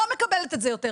לא מקבלת את זה יותר.